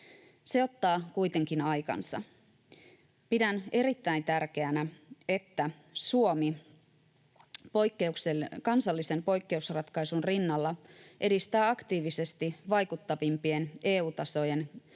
Se ottaa kuitenkin aikansa. Pidän erittäin tärkeänä, että Suomi kansallisen poikkeusratkaisun rinnalla edistää aktiivisesti vaikuttavimpien EU-tason keinojen